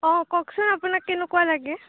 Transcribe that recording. অঁ কওকচোন আপোনাক কেনেকুৱা লাগে